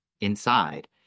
inside